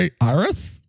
iris